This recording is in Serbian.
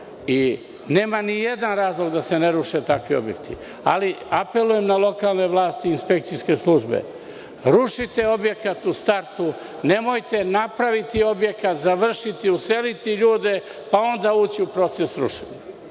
i nema ni jedan razlog da se ne ruše takvi objekti. Apelujem na lokalne vlasti i inspekcijske službe, rušite objekat u startu, nemojte napraviti objekat, završiti, useliti ljude, pa onda ući u proces rušenja.